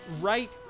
Right